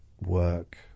work